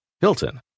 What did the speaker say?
Hilton